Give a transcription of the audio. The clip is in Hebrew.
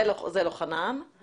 אני